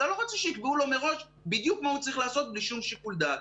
אתה לא רוצה שיקבעו לו מראש בדיוק מה הוא צריך לעשות בלי שום שיקול דעת,